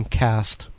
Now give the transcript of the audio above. cast